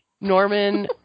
Norman